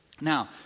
Now